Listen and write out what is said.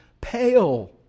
pale